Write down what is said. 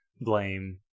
blame